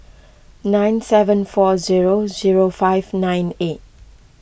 nine seven four zero zero five nine eight